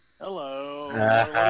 Hello